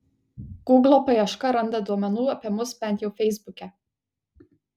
guglo paieška randa duomenų apie mus bent jau feisbuke